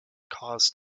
cause